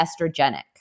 estrogenic